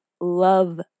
love